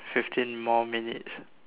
fifteen more minutes